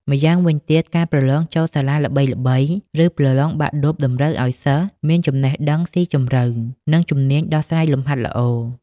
ម្យ៉ាងវិញទៀត ការប្រឡងចូលសាលាល្បីៗ ឬប្រឡងបាក់ឌុបតម្រូវឲ្យសិស្សមានចំណេះដឹងស៊ីជម្រៅ និងជំនាញដោះស្រាយលំហាត់ល្អ។